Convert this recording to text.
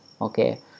okay